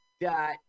dot